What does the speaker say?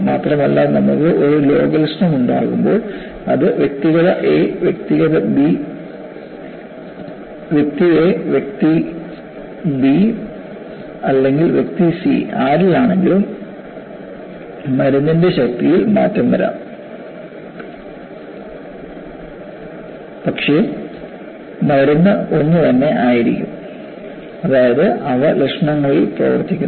മാത്രമല്ല നമുക്ക് ഒരു രോഗലക്ഷണം ഉണ്ടാകുമ്പോൾ അത് വ്യക്തി A വ്യക്തി B അല്ലെങ്കിൽ വ്യക്തി C ആരിൽ ആണെങ്കിലും മരുന്നിന്റെ ശക്തിയിൽ മാറ്റം വരാം പക്ഷേ മരുന്ന് ഒന്ന് തന്നെ ആയിരിക്കും അതായത് അവ ലക്ഷണങ്ങളിൽ പ്രവർത്തിക്കുന്നു